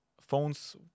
Phones